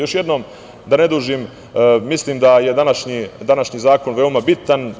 Još jednom, da ne dužim, mislim da je današnji zakon veoma bitan.